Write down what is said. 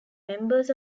members